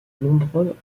nombreux